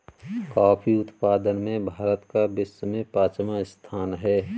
coffee उत्पादन में भारत का विश्व में पांचवा स्थान है